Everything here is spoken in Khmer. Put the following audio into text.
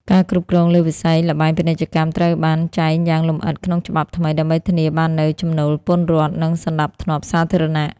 ការគ្រប់គ្រងលើវិស័យល្បែងពាណិជ្ជកម្មត្រូវបានចែងយ៉ាងលម្អិតក្នុងច្បាប់ថ្មី ដើម្បីធានាបាននូវចំណូលពន្ធរដ្ឋ និងសណ្ដាប់ធ្នាប់សាធារណៈ។